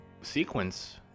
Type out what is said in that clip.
sequence